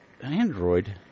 Android